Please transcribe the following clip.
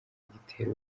agitera